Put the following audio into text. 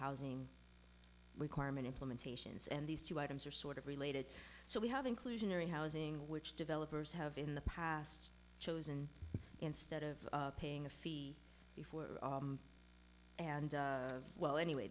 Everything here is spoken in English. housing requirement implementations and these two items are sort of related so we have inclusionary housing which developers have in the past chosen instead of paying a fee before and well anyway